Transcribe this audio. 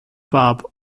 bob